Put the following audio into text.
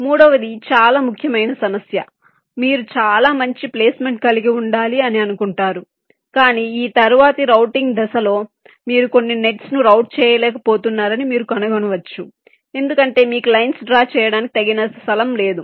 మూడవది చాలా ముఖ్యమైన సమస్య మీరు చాలా మంచి ప్లేస్మెంట్ కలిగి ఉండాలి అని అనుకుంటారు కాని ఈ తరువాతి రౌటింగ్ దశలో మీరు కొన్ని నెట్స్ను రౌట్ చేయలేకపోతున్నారని మీరు కనుగొనవచ్చు ఎందుకంటే మీకు లైన్స్ డ్రా చేయడానికి తగినంత స్థలం లేదు